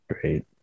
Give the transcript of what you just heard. Great